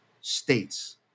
states